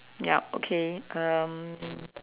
yup okay um